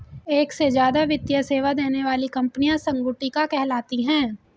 एक से ज्यादा वित्तीय सेवा देने वाली कंपनियां संगुटिका कहलाती हैं